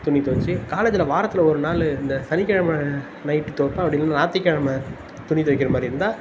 துணி துவச்சி காலேஜில் வாரத்தில் ஒரு நாள் இந்த சனிக் கிழமை நைட்டு துவப்பேன் அப்படி இல்லைனா ஞாயிற்றுக் கிழம துணி துவிக்கிற மாதிரி இருந்தால்